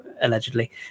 allegedly